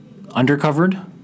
undercovered